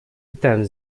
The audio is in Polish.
pytałem